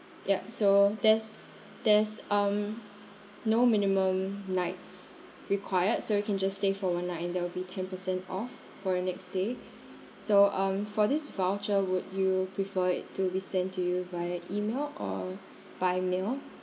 yup so there's there's um no minimum nights required so you can just stay for one night and there will be ten percent off for your next day so um for this voucher would you prefer it to be sent to you via email or by mail